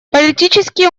политически